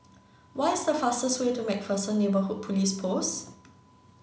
what is the fastest way to MacPherson Neighbourhood Police Post